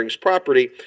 Property